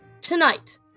Tonight